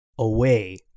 Away